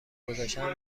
گذاشتن